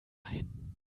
ein